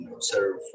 serve